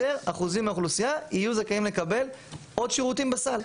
יותר אחוזים מהאוכלוסייה יהיו זכאים לקבל עוד שירותים בסל.